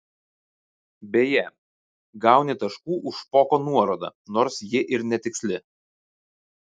beje gauni taškų už špoko nuorodą nors ji ir netiksli